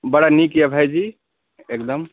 बड़ा नीक यऽ भाईजी एकदम